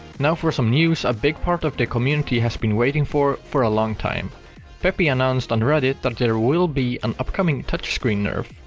now for some news a big part of the community has been waiting for for a long time peppy announced on reddit that there will be an upcoming touchscreen nerf.